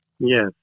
Yes